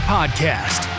Podcast